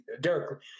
Derek